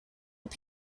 phd